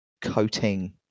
coating